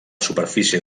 superfície